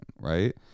right